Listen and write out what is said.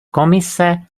komise